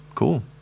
Cool